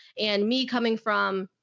and me coming from.